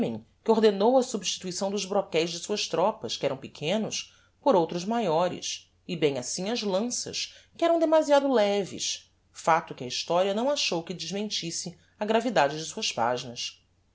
philopemen que ordenou a substituição dos broqueis de suas tropas que eram pequenos por outros maiores e bem assim as lanças que eram demasiado leves facto que a historia não achou que desmentisse a gravidade de suas paginas